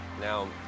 now